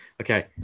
Okay